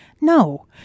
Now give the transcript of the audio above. No